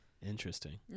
Interesting